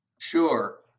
Sure